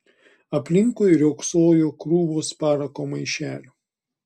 aplinkui riogsojo krūvos parako maišelių